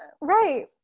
Right